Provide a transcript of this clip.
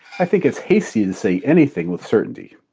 i think it's hasty to say anything with certainty.